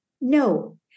No